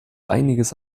einiges